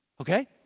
Okay